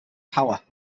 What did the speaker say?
power